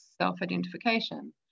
Self-Identification